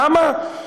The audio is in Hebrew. למה?